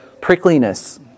prickliness